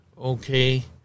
okay